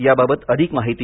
याबाबत अधिक माहिती